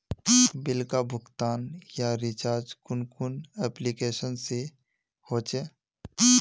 Bill का भुगतान या रिचार्ज कुन कुन एप्लिकेशन से होचे?